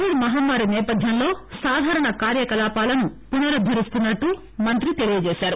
Covid మహమ్మారి సేపధ్యంలో సాధారణ కార్యకలాపాలను పునరుద్దరిస్తున్నట్లు మంత్రి తెలిపారు